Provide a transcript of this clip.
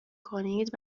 کنید